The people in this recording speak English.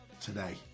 today